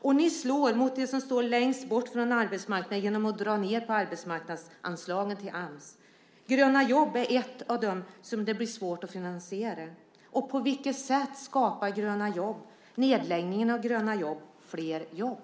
Ni slår mot dem som står längst bort från arbetsmarknaden genom att dra ned på anslaget till Ams. Gröna jobb hör till det som blir svårt att finansiera. På vilket sätt skapar nedläggningen av Gröna jobb fler jobb?